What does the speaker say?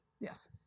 Yes